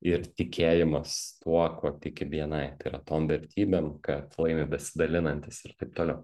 ir tikėjimas tuo kuo tiki bni tai yra tom vertybėm kad laimi besidalinantys ir taip toliau